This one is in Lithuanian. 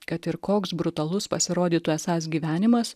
kad ir koks brutalus pasirodytų esąs gyvenimas